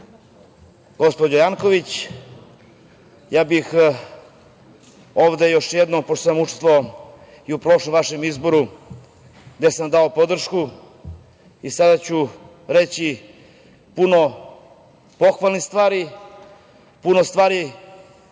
gospođo Janković, ja bih ovde još jednom, pošto sam učestvovao i u prošlom vašem izboru gde sam dao podršku, i sada ću reći puno pohvalnih stvari, puno stvari